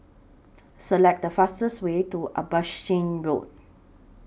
Select The fastest Way to Abbotsingh Road